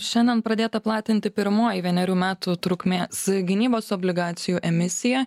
šiandien pradėta platinti pirmoji vienerių metų trukmės gynybos obligacijų emisija